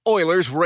Oilers